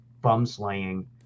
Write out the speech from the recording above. bum-slaying